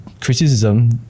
criticism